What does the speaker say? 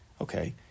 Okay